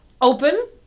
open